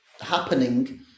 happening